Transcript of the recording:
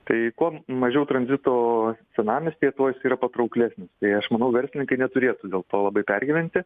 tai ko mažiau tranzito senamiestyje tuo jis yra patrauklesnis tai aš manau verslininkai neturėtų dėl to labai pergyventi